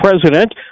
president